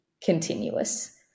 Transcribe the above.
continuous